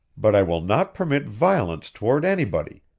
but i will not permit violence toward anybody,